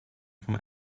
from